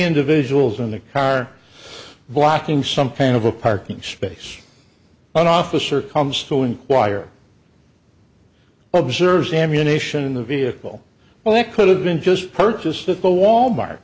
individuals in the car blocking something of a parking space an officer comes to enquire observes ammunition in the vehicle well that could have been just purchased at the wal mart